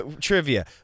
trivia